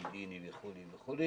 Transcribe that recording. הבלונדיני וכו' וכו',